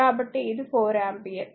కాబట్టి ఇది 4 ఆంపియర్